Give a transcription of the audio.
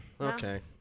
Okay